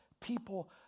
people